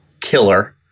killer